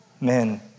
men